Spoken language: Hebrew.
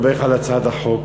אני מברך על הצעת החוק.